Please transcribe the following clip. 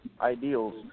ideals